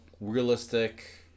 realistic